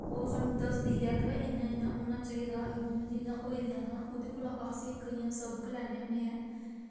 ओह् साह्नू दसदी ऐ भला इ'यां इ'यां होना चाहिदा इ'यां इ'यां जियां होई दियां हां ओह्दे कोला अस इक इ'यां सबक लैन्ने होन्ने ऐं